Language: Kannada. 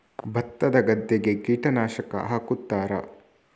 ಭತ್ತದ ಗದ್ದೆಗೆ ಕೀಟನಾಶಕ ಹಾಕುತ್ತಾರಾ?